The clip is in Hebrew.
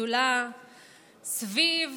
גדולה סביב